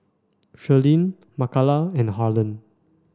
Shirlene Makala and Harlen